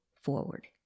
forward